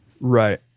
right